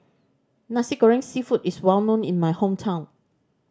Nasi Goreng Seafood is well known in my hometown